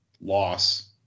loss